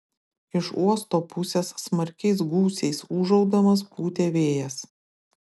iš uosto pusės smarkiais gūsiais ūžaudamas pūtė vėjas